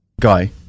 Guy